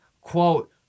Quote